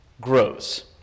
grows